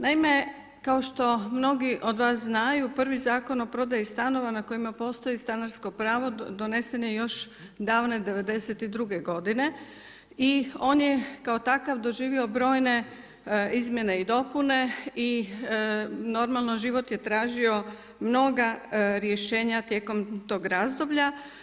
Naime, kao što mnogi od vas znaju, prvi Zakon o prodaji stanova na kojima postoji stanarsko pravo donesen je još davne '92. godine i on je kao takav doživio brojne izmjene i dopune i normalno život je tražio mnogo rješenja tijekom tog razdoblja.